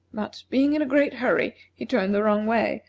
but, being in a great hurry, he turned the wrong way,